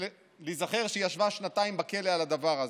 ולהיזכר שהיא ישבה שנתיים בכלא על הדבר הזה.